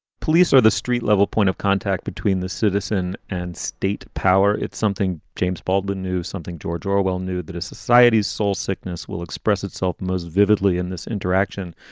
police are the street level point of contact between the citizen and state power, it's something james baldwin knew, something george orwell knew that a society's soul sickness will express itself most vividly in this interaction.